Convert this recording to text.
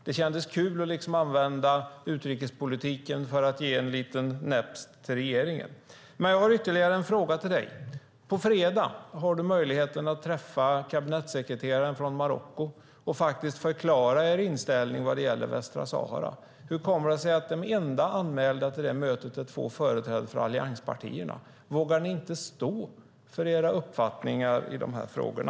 Det kändes kanske kul att liksom använda utrikespolitiken för att ge en liten näpst till regeringen. Jag har ytterligare en fråga till dig. På fredag har du möjligheten att träffa kabinettssekreteraren från Marocko och faktiskt förklara er inställning vad gäller Västsahara. Hur kommer det sig att de enda anmälda till det mötet är två företrädare för allianspartierna? Vågar ni inte stå för era uppfattningar i de här frågorna?